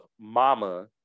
mama